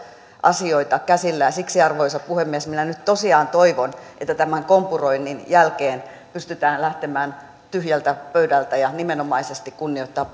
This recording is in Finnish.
asioita käsillä ja siksi arvoisa puhemies minä nyt tosiaan toivon että tämän kompuroinnin jälkeen pystytään lähtemään tyhjältä pöydältä ja nimenomaisesti kunnioitetaan